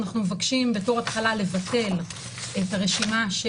אנחנו מבקשים בתור התחלה לבטל את הרשימה של